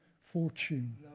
fortune